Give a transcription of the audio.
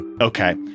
Okay